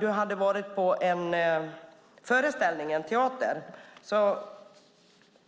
Du hade varit på en föreställning, en teater,